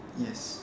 yes